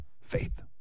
Faith